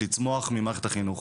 לצמוח ממערכת החינוך.